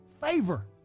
Favor